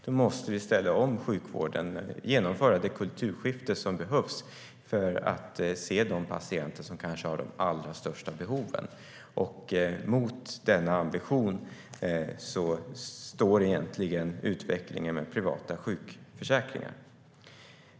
Då måste vi ställa om sjukvården och genomföra det kulturskifte som behövs för att se de patienter som kanske har de allra största behoven. Mot denna ambition står egentligen utvecklingen med privata sjukförsäkringar.